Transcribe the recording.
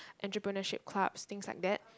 entrepreneurship clubs things like that